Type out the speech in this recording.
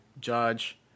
Judge